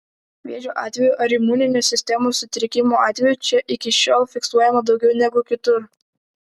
vėžio atvejų ar imuninės sistemos sutrikimo atvejų čia iki šiol fiksuojama daugiau negu kitur